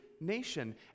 nation